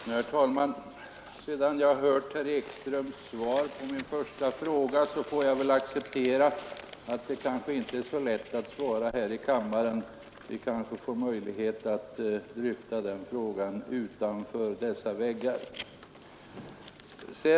Herr talman! Sedan jag hört herr Ekströms svar på min första fråga får jag väl acceptera att det kanske inte är så lätt att svara här i kammaren. Vi får måhända möjlighet att dryfta saken utanför dessa väggar.